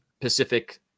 Pacific